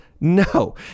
no